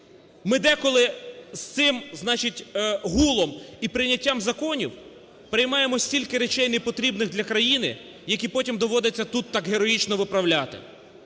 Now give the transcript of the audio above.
ми деколи з цим, значить, гулом і прийняттям законів приймаємо стільки речей не потрібних для країни, які потім доводиться тут так героїчно виправляти.